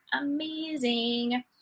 amazing